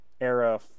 era